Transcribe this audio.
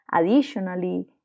Additionally